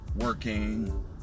working